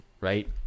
right